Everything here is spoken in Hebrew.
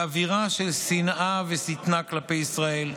באווירה של שנאה ושטנה כלפי ישראל,